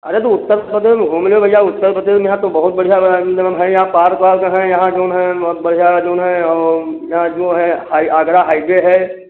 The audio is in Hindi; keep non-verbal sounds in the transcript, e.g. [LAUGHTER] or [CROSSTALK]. अरे तो उत्तर प्रदेश में घूमने भैया उत्तर प्रदेश में यहाँ तो बहुत बढ़िया [UNINTELLIGIBLE] है यहाँ पार्क वार्क हैं यहाँ जऊन हैं बहुत बढ़िया जऊन है औ यहाँ जो है आगरा हाइवे है